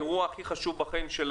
החתונה שהיא האירוע הכי חשוב בחייהם,